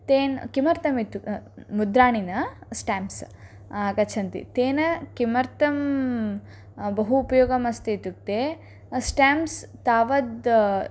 तेन् किमर्थम् इत्युक्ते मुद्राणि न स्टेम्प्स् आगच्छन्ति तेन किमर्थं बहु उपयोगम् अस्ति इत्युक्ते स्टेम्प्स् तावद्